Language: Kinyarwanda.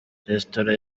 restaurant